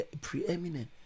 preeminent